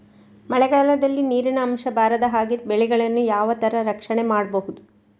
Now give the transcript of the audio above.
ಮಳೆಗಾಲದಲ್ಲಿ ನೀರಿನ ಅಂಶ ಬಾರದ ಹಾಗೆ ಬೆಳೆಗಳನ್ನು ಯಾವ ತರ ರಕ್ಷಣೆ ಮಾಡ್ಬಹುದು?